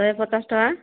ଶହେ ପଚାଶ ଟଙ୍କା